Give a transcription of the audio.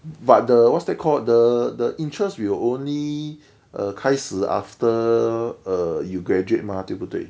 but the what's that called the the interest will only err 开始 after err you graduate mah 对不对